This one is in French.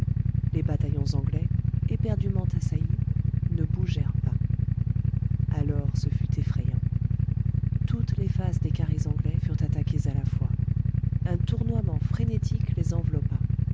les bataillons anglais éperdument assaillis ne bougèrent pas alors ce fut effrayant toutes les faces des carrés anglais furent attaquées à la fois un tournoiement frénétique les enveloppa